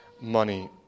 money